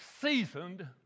seasoned